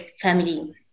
family